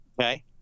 Okay